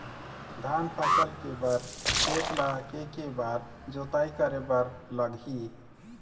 धान फसल के बर खेत ला के के बार जोताई करे बर लगही?